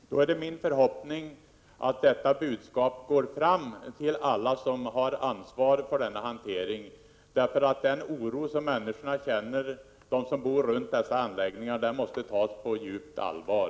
Herr talman! Då är det min förhoppning att detta budskap går fram till alla som har ansvar för denna hantering. Den oro som de människor känner som bor runt dessa anläggningar måste tas på djupt allvar.